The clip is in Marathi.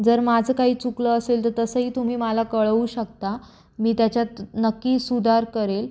जर माझं काही चुकलं असेल तर तसंही तुम्ही मला कळवू शकता मी त्याच्यात नक्की सुधार करेल